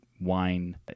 Wine